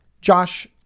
Josh